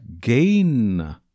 gain